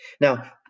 Now